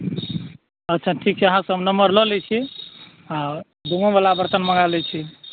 अच्छा ठीक छै अहाँसंँ हम नम्बर लऽ लए छी आ डोमो वला बर्तन मङ्गा लए छी